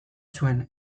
zuen